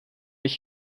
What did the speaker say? ich